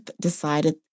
decided